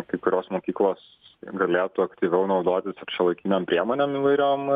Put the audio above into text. kai kurios mokyklos galėtų aktyviau naudotis ir šiuolaikinėm priemonėm įvairiom